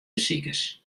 besikers